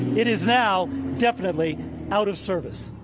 it is now definitely out of service.